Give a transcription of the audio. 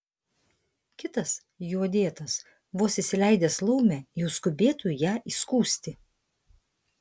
kitas juo dėtas vos įsileidęs laumę jau skubėtų ją įskųsti